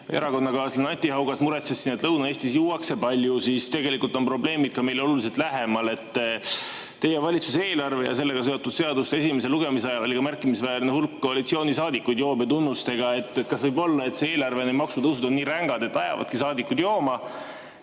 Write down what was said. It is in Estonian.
erakonnakaaslane Anti Haugas muretses, et Lõuna-Eestis juuakse palju, siis tegelikult on probleemid ka meile oluliselt lähemal. Teie valitsuse eelarvega seotud seaduste esimese lugemise ajal oli märkimisväärne hulk koalitsioonisaadikuid joobetunnustega. Kas võib olla, et see eelarve ja maksutõusud on nii rängad, et ajavadki saadikud jooma?